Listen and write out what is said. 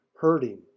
hurting